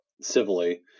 civilly